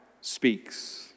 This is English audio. speaks